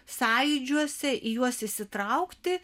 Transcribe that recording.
sąjūdžiuose į juos įsitraukti